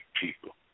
people